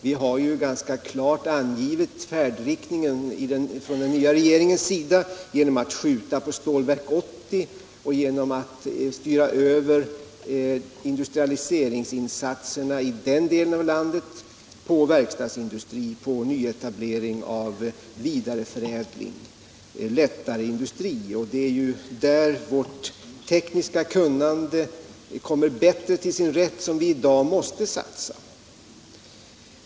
Vi har klart angivit färdriktningen från den nya regeringens sida genom att acceptera den gamla NJA-styrelsens förslag att skjuta på Stålverk 80 och genom att styra över industrialiseringsinsatserna i den delen av landet till verkstadsindustri och till nyetablering av vidareförädlingsindustri och annan lättare industri. Det är där vårt tekniska kunnande kommer bättre till sin rätt, och det är där vi i dag måste satsa.